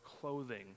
clothing